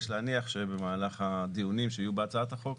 יש להניח שבמהלך הדיונים שיהיו בהצעת החוק,